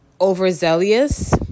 overzealous